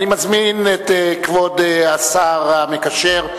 אני מזמין את כבוד השר המקשר,